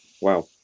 Wow